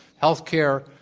health care,